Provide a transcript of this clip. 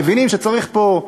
מבינים שצריך פה,